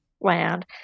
land